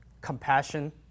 Compassion